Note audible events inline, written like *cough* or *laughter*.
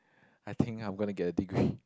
I think I'm gonna get a degree *breath*